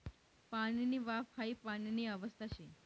पाणीनी वाफ हाई पाणीनी अवस्था शे